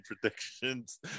predictions